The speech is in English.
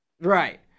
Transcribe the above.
right